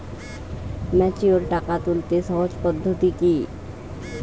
Mature টাকা তুলতে সহজ পদ্ধতি কি?